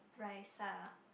Raisa ah